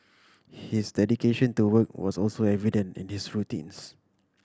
his dedication to work was also evident in his routines